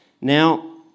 Now